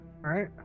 right